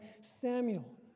Samuel